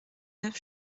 neuf